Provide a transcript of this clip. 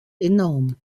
enorm